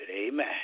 Amen